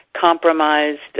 compromised